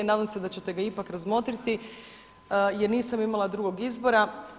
Nadam se da ćete ga ipak razmotriti jer nisam imala drugog izbora.